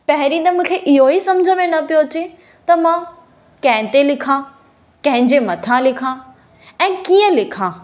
पहिरीं त मूंखे इहो ई सम्झ न पियो में अचे त मां कंहिं ते लिखां कंहिंजे मथां लिखां ऐं कीअं लिखां